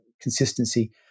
Consistency